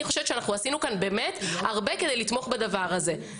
חושבת שעשינו כאן באמת הרבה כדי לתמוך דבר הזה.